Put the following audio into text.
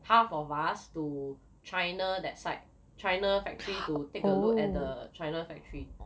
half of us to China that site China factory to take a look at the China factory